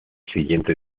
siguiente